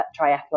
triathlon